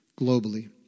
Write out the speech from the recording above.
globally